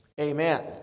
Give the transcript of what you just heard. Amen